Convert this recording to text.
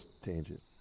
tangent